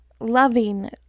loving